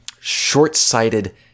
short-sighted